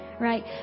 right